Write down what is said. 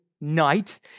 night